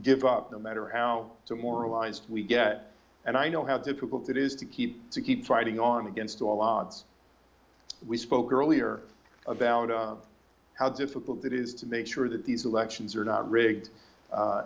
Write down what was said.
give up no matter how to moralize we get and i know how difficult it is to keep to keep writing on against all odds we spoke earlier about how difficult it is to make sure that these elections are not rigged a